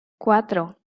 cuatro